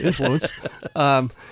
Influence